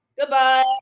Goodbye